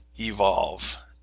evolve